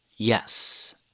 Yes